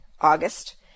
August